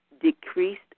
decreased